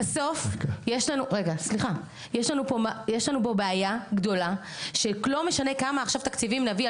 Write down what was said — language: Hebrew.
בסוף יש לנו פה בעיה גדולה שלא משנה כמה עכשיו תקציבים נביא,